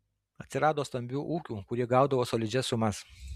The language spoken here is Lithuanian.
atsirado stambių ūkių kurie gaudavo solidžias sumas